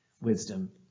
wisdom